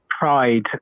Pride